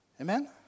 Amen